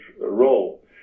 role